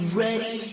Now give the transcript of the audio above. ready